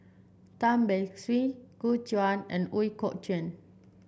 Tan Beng Swee Gu Juan and Ooi Kok Chuen